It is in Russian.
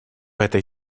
этой